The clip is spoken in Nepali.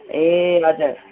ए हजुर